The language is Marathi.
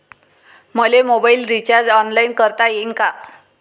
मले मोबाईल रिचार्ज ऑनलाईन करता येईन का?